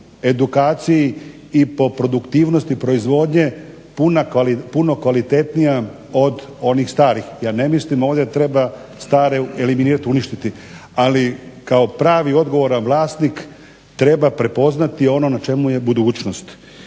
i po produktivnosti proizvodnje puno kvalitetnija od onih starih. Ja ne mislim ovdje da treba stare eliminirati, uništiti, ali kao pravi odgovoran vlasnik treba prepoznati ono na čemu je budućnost.